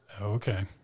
Okay